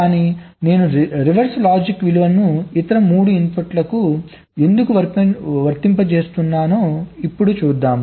కాని నేను reverse logic విలువను ఇతర 3 ఇన్పుట్లకు ఎందుకు వర్తింపజేస్తున్నానో ఇప్పుడు చూద్దాం